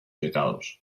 pecados